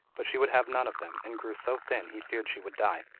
but she would have none of them, and grew so thin he feared she would die.